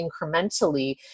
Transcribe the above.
incrementally